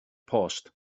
post